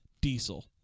Diesel